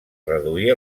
reduir